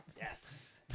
Yes